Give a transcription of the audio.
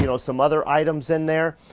you know some other items in there,